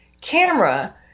camera